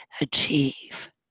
achieve